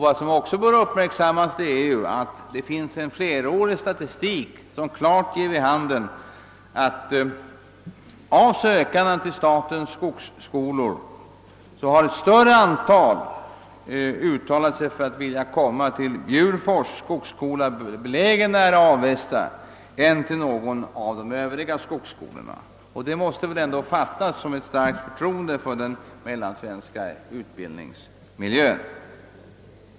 Vad som också bör uppmärksammas är att det finns en flerårig statistik, som klart ger vid handen att av de sökande till statens skogsskolor ett större antal har uttalat sig för att få komma till Bjurfors skogsskola, belägen nära Avesta, än till någon av de övriga skogsskolorna. Det måste ändå fattas som ett starkt förtroende för den mellansvenska utbildningsmiljön.